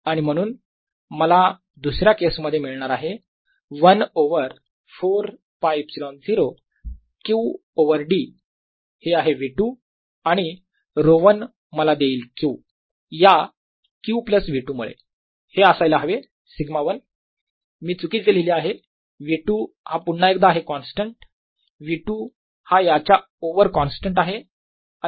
आणि म्हणून मला दुसऱ्या केस मध्ये मिळणार आहे 1 ओवर 4 πε0 Q ओव्हर d हे आहे V2 आणि ρ1 मला देईल Q या q प्लस V2 मुळे हे असायला हवे σ1 मी चुकीचे लिहिले आहे V2 हा पुन्हा एकदा आहे कॉन्स्टंट V2 हा याच्या ओव्हर कॉन्स्टन्ट आहे